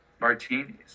martinis